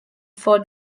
for